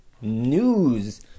news